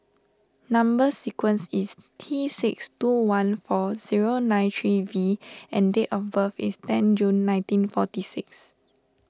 Number Sequence is T six two one four zero nine three V and date of birth is tenth June nineteen forty six